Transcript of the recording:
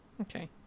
okay